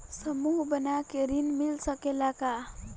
समूह बना के ऋण मिल सकेला का?